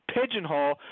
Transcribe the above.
pigeonhole